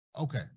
okay